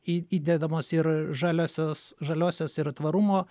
į įdedamos ir žaliosios žaliosios yra tvarumo